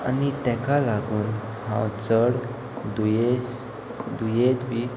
आनी ताका लागून हांव चड दुयेस दुयेंत बी